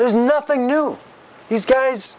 there's nothing new these guys